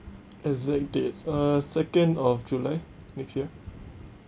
exact dates uh second of july next year